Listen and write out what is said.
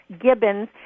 gibbons